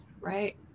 Right